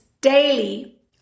daily